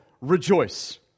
rejoice